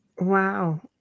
Wow